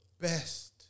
best